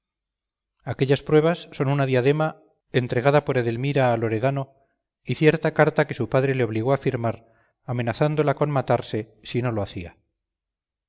aquellas pruebas son una diadema entregada por edelmira a loredano y cierta carta que su padre le obligó a firmar amenazándola con matarse si no lo hacía